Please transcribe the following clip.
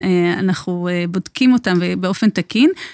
אנחנו בודקים אותם באופן תקין.